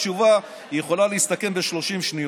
התשובה יכולה להסתכם ב-30 שניות.